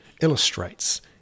illustrates